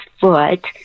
foot